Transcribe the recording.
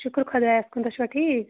شُکُر خۄدایَس کُن تُہۍ چھُوا ٹھیٖک